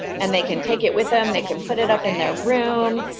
and they can take it with them, they can put it up in their room,